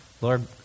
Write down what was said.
Lord